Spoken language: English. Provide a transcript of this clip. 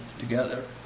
together